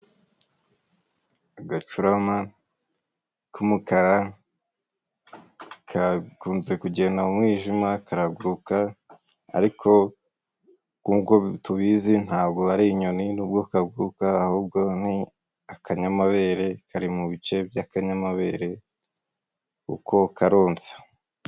Agacurama k'umukara kakunze kugenda mu mwijima karaguruka ariko nguko tubizi ntabwo ari inyoni nubwo kaguka ahubwo ni akanyamabere kari mu bice by'akanyamabere kuko karonsa.